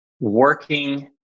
working